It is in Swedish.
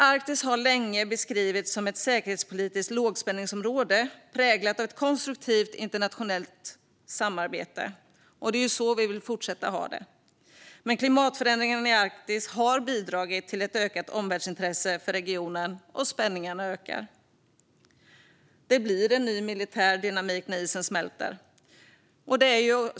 Arktis har länge beskrivits som ett säkerhetspolitiskt lågspänningsområde präglat av ett konstruktivt internationellt samarbete. Det är så vi vill fortsätta att ha det. Men klimatförändringarna i Arktis har bidragit till ett ökat omvärldsintresse för regionen, och spänningarna ökar. Det blir en ny militär dynamik när isen smälter.